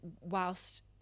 whilst